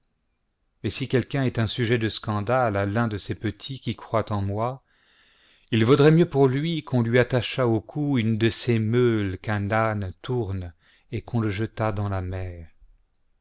mais si quelqu'un est un sujet de scandale à l'un de ces petits qui croient en moi il vaudrait mieux pour lui qu'on lui attachât au cou une de ces meules qu'un âne tourne et qu'on le jetât dans la mer